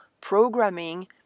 programming